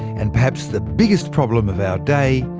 and perhaps the biggest problem of our day,